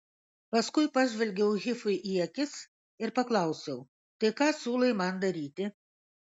paskui pažvelgiau hifui į akis ir paklausiau tai ką siūlai man daryti